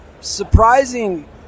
Surprising